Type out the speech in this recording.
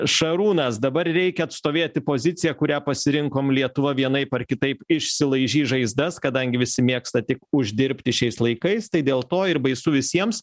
šarūnas dabar reikia atstovėti poziciją kurią pasirinkom lietuva vienaip ar kitaip išsilaižys žaizdas kadangi visi mėgsta tik uždirbti šiais laikais tai dėl to ir baisu visiems